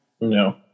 No